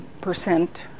percent